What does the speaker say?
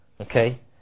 Okay